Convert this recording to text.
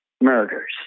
murders